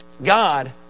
God